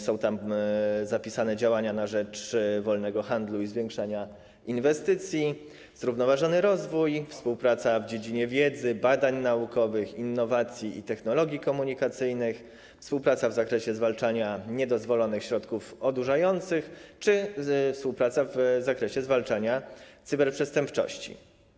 Są tam zapisane działania na rzecz wolnego handlu i zwiększania inwestycji, zrównoważony rozwój, współpraca w dziedzinie wiedzy, badań naukowych, innowacji i technologii komunikacyjnych, współpraca w zakresie zwalczania niedozwolonych środków odurzających czy współpraca w zakresie zwalczania cyberprzestępczości.